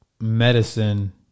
medicine